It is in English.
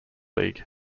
league